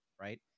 right